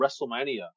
Wrestlemania